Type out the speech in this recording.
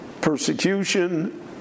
persecution